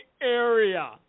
area